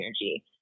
energy